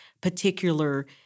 particular